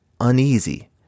uneasy